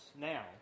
now